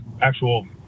actual